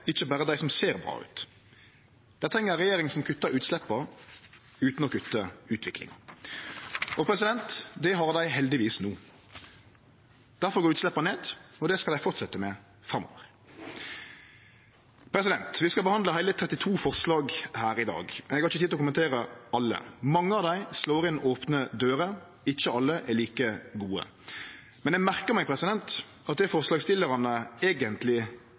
ikkje berre dei som ser bra ut. Dei treng ei regjering som kuttar utsleppa utan å kutte utviklinga. Det har dei heldigvis no. Difor går utsleppa ned, og det skal dei fortsetje med framover. Vi skal behandle heile 32 forslag her i dag. Eg har ikkje tid til å kommentere alle. Mange av dei slår inn opne dører, ikkje alle er like gode. Men eg merkar meg at det forslagsstillarane eigentleg